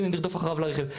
הנה, נרדוף אחריו לרכב.